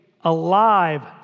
alive